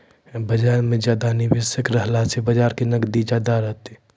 बजार मे ज्यादा निबेशक रहला से बजारो के नगदी ज्यादा रहतै